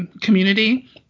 community